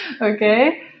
Okay